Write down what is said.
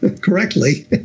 correctly